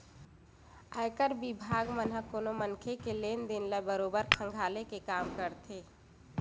आयकर बिभाग मन ह कोनो मनखे के लेन देन ल बरोबर खंघाले के काम करथे